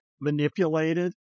manipulated